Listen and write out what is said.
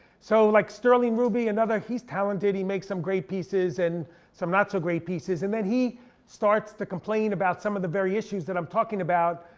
so like sterling ruby, another, he's talented, he makes some great pieces, and some not so great pieces. and then he starts to complain about some of the very issues that i'm talking about,